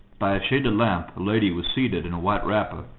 by a shaded lamp, a lady was seated in a white wrapper,